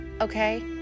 Okay